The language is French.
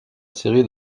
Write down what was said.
série